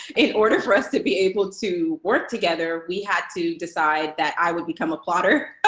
in order for us to be able to work together, we had to decide that i would become a plotter.